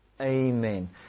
Amen